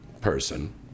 person